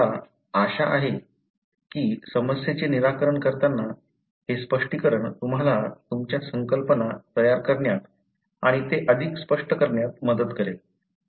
मला आशा आहे की समस्येचे निराकरण करताना हे स्पष्टीकरण तुम्हाला तुमच्या संकल्पना तयार करण्यात आणि ते अधिक स्पष्ट करण्यात मदत करेल